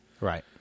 Right